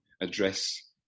address